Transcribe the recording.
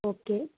okay